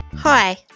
Hi